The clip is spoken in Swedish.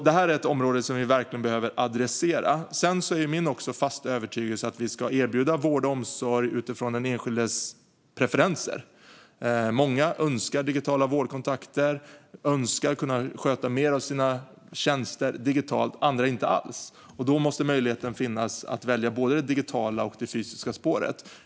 Detta är ett område som vi verkligen behöver adressera. Min fasta övertygelse är att vi ska erbjuda vård och omsorg utifrån den enskildes preferenser. Många önskar digitala vårdkontakter och vill kunna sköta mer av sina tjänster digitalt. Andra vill inte alls göra det. Då måste möjligheten finnas att välja både det digitala och det fysiska spåret.